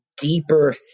deeper